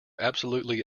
absolutely